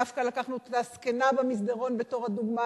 דווקא לקחנו את אותה זקנה במסדרון בתור הדוגמה